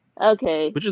Okay